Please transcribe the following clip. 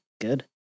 good